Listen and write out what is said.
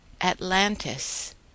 Atlantis